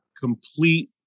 complete